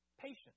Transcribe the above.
patient